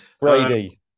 Brady